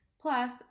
Plus